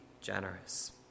generous